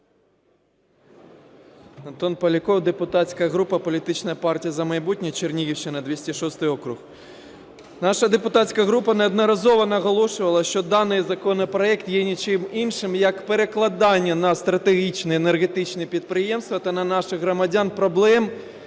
Антон Поляков, депутатська група політична партія "За майбутнє", Чернігівщина, 206-й округ. Наша депутатська група неодноразово наголошувала, що даний законопроект є нічим іншим, як перекладання на стратегічні енергетичні підприємства та на наших громадян проблем,